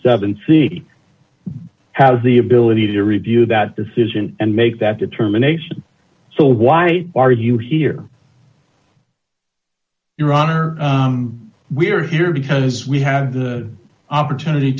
dollars c has the ability to review that decision and make that determination so why are you here your honor we're here because we have the opportunity